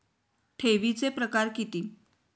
ठेवीचे प्रकार किती?